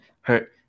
hurt